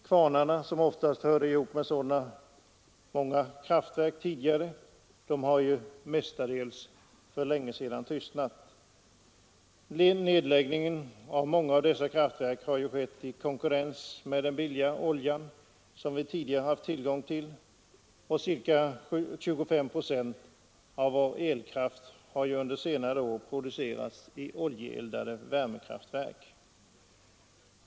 Kvarnarna som oftast hörde ihop med många av dessa kraftverk har ju mestadels för länge sedan tystnat. Nedläggningen av många av dessa kraftverk har skett i konkurrens med den billiga olja vi tidigare haft tillgång till. Ca 25 procent av vår elkraft har under senare år producerats i oljeeldade värmekraftverk.